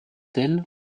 elle